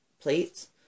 plates